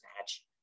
match